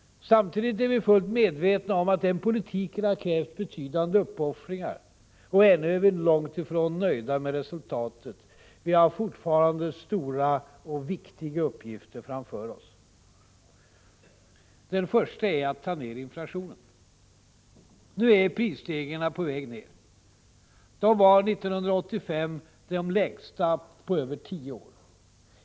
Samtidigt är vi fullt medvetna om att denna politik har krävt betydande uppoffringar. Och ännu är vi långt ifrån nöjda med resultatet. Vi har fortfarande stora och viktiga uppgifter framför oss. Den första är att ta ner inflationen. Nu är prisstegringstakten på väg ner. Den var 1985 den lägsta på över tio år.